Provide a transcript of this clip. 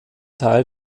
teil